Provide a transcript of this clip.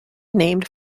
named